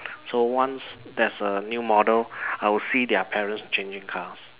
so once there's a new model I will see their parents changing cars